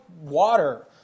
water